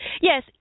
Yes